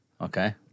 Okay